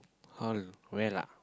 how where lah